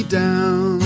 down